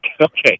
Okay